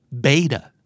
Beta